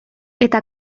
eta